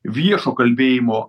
viešo kalbėjimo